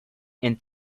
and